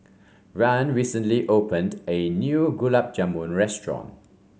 Rahn recently opened a new Gulab Jamun restaurant